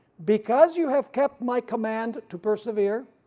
because you have kept my command to persevere,